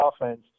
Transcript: offense